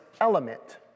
element